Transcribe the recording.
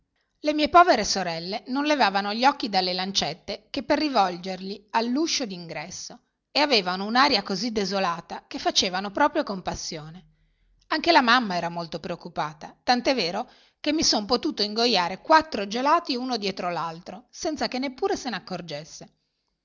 le mie povere sorelle non levavano gli occhi dalle lancette che per rivolgerli all'uscio d'ingresso e avevano un'aria così desolata che facevano proprio compassione anche la mamma era molto preoccupata tant'è vero che mi son potuto ingoiare quattro gelati uno dietro l'altro senza che neppur se n'accorgesse